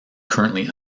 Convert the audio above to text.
currently